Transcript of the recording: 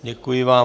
Děkuji vám.